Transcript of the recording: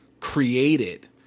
created